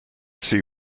see